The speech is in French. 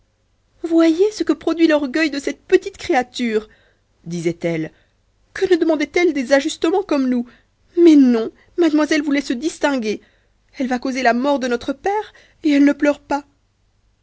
voyez ce que produit l'orgueil de cette petite créature disaient-elles que ne demandait-elle des ajustements comme nous mais non mademoiselle voulait se distinguer elle va causer la mort de notre père et elle ne pleure pas